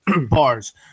Bars